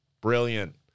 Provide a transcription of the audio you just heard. Brilliant